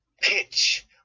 pitch